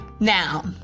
now